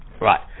Right